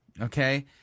okay